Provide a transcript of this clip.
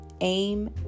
aim